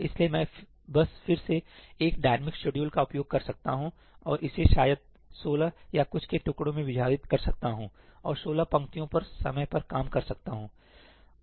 इसलिए मैं बस फिर से एक डायनेमिक शेड्यूल का उपयोग कर सकता हूं और इसे शायद 16 या कुछ के टुकड़े में विभाजित कर सकता हूं और 16 पंक्तियों पर समय काम कर सकता हूंसही